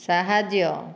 ସାହାଯ୍ୟ